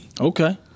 Okay